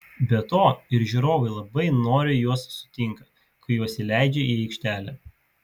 be to ir žiūrovai labai noriai juos sutinka kai juos įleidžia į aikštelę